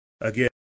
Again